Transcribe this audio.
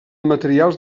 materials